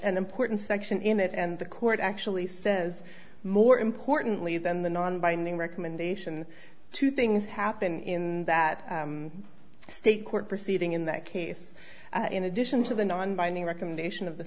an important section in it and the court actually says more importantly than the non binding recommendation two things happen in that state court proceeding in that case in addition to the non binding recommendation of the